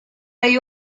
rey